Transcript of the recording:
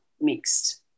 mixed